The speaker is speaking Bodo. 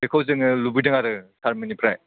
बेखौ जोङो लुबैदों आरो सार मोननिफ्राय